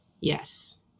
Yes